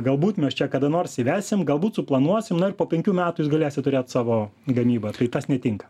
galbūt mes čia kada nors įvesim galbūt suplanuosim na ir po penkių metų jūs galėsit turėt savo gamybą tai tas netinka